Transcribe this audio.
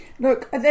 Look